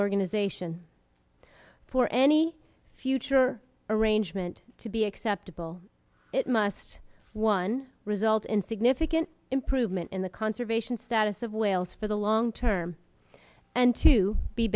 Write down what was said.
organization for any future or a nj meant to be acceptable it must one result in significant improvement in the conservation status of wales for the long term and to be